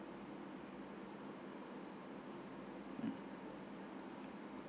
mm